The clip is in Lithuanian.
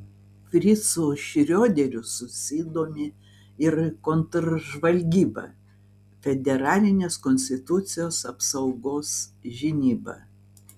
fricu šrioderiu susidomi ir kontržvalgyba federalinės konstitucijos apsaugos žinyba